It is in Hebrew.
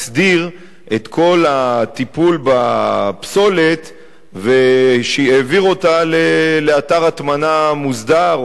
הסדיר את כל הטיפול בפסולת והעביר אותה לאתר הטמנה מוסדר,